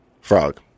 Frog